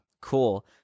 cool